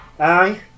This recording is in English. Aye